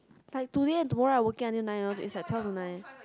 like today and tomorrow I working until nine orh it's like twelve to nine